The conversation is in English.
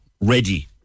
ready